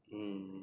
mm